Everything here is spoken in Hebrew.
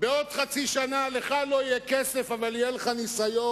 בעוד חצי שנה לך לא יהיה כסף אבל יהיה לך ניסיון,